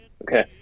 Okay